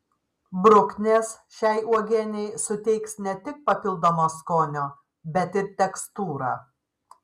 bruknės šiai uogienei suteiks ne tik papildomo skonio bet ir tekstūrą